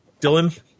Dylan